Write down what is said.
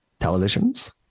televisions